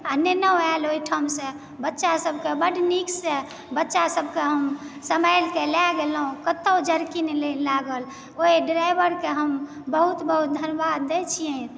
आ लेनहो आयल ओहिठामसे बच्चा सबके बड नीक से बच्चा सबके संभाइल कऽ लए गेलहुॅं कतउ जर्किंग नहि लागल ओहि ड्राइवरके हम बहुत बहुत धन्यवाद दै छिअनि